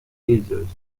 users